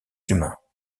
humains